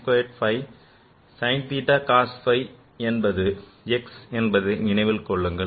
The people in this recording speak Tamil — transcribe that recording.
sin theta cos phi என்பது x என்பதை நினைவில் கொள்ளுங்கள்